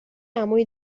عمویی